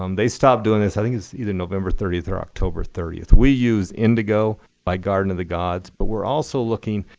um they stopped doing this i think it's either november thirty or october thirty. we use indigo by garden of the gods. but we're also looking,